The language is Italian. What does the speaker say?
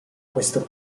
questo